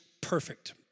perfect